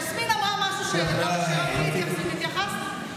יסמין אמרה משהו שראוי להתייחסות, התייחסנו.